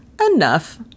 enough